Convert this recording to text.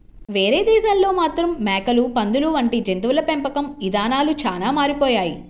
వేరే దేశాల్లో మాత్రం మేకలు, పందులు వంటి జంతువుల పెంపకం ఇదానాలు చానా మారిపోయాయి